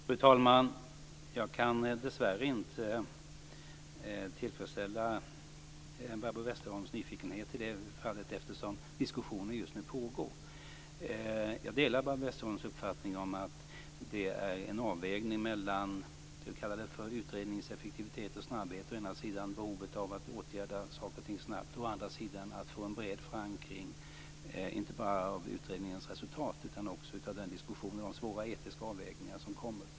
Fru talman! Jag kan dessvärre inte tillfredsställa Barbro Westerholms nyfikenhet i det här fallet eftersom diskussioner just nu pågår. Jag delar Barbro Westerholms uppfattning att det är en avvägning mellan å ena sidan utredningseffektivitet och snabbhet - behovet av att åtgärda saker och ting snabbt - och å andra sidan att få en bred förankring inte bara av utredningens resultat utan också i de diskussioner om svåra etiska avvägningar som kommer.